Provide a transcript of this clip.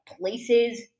places